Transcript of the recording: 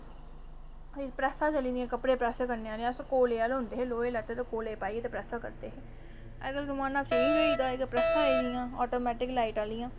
फिर प्रैसां चली दियां कपडे़ प्रैस करने आह्लियां अस कोयले आह्ले होंदी हे लोहे आह्ली कोले पाइये ते प्रैसां करदे हे अज्जकल जमान्ना चेंज होई दा ऐ अज्जकल प्रैसां आई गेदियां ऑटोमैटिक लाइट आह्लियां